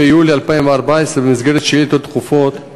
ביולי 2014, במסגרת שאילתות דחופות,